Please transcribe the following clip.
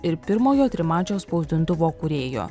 ir pirmojo trimačio spausdintuvo kūrėju